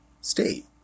state